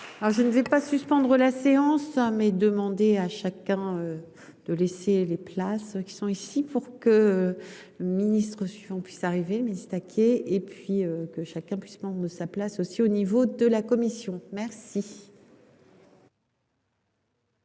je ne vais pas suspendre la séance ça et demandé à chacun de laisser les places qui sont ici pour que ministre suivant puisse arriver mais Staquet et puis que chacun puisse pas sa place aussi au niveau de la Commission, merci.